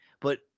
But-